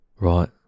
Right